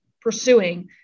pursuing